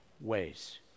ways